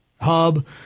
Hub